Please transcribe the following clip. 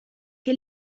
che